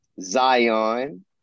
Zion